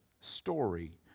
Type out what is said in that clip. story